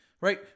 Right